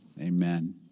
Amen